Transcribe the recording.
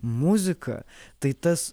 muziką tai tas